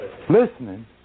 listening